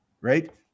Right